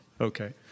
okay